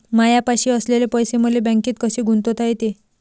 मायापाशी असलेले पैसे मले बँकेत कसे गुंतोता येते?